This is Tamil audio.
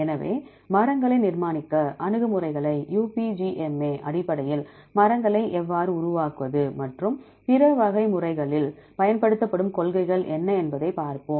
எனவே மரங்களை நிர்மாணிக்க அணுகுமுறைகளை UPGMA அடிப்படையில் மரங்களை எவ்வாறு உருவாக்குவது மற்றும் பிற வகை முறைகளில் பயன்படுத்தப்படும் கொள்கைகள் என்ன என்பதைப் பார்ப்போம்